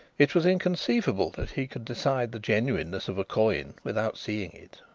it was inconceivable that he could decide the genuineness of a coin without seeing it.